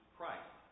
Christ